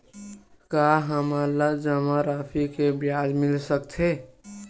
का हमन ला जमा राशि से ब्याज मिल सकथे?